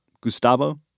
Gustavo